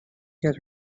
get